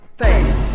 face